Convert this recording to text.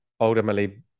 ultimately